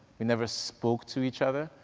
we never spoke to each other,